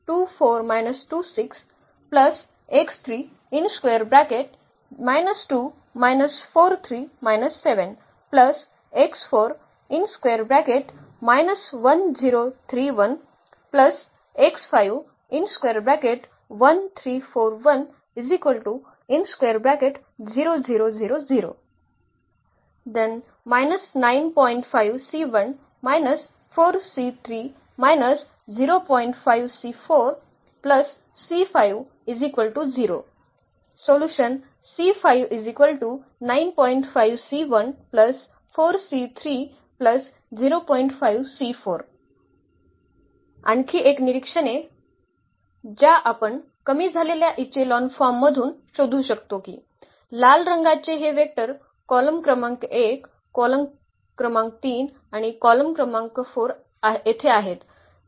तर उपाय असे म्हणते कि आणखी एक निरीक्षणे ज्या आपण कमी झालेल्या इचेलॉन फॉर्म मधून शोधू शकतो की लाल रंगाचे हे वेक्टर कॉलम क्रमांक 1 कॉलम क्रमांक 3 आणि कॉलम क्रमांक 4 येथे आहेत